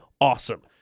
awesome